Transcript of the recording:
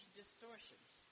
distortions